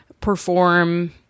perform –